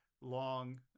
long –